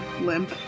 limp